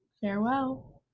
farewell